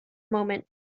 moment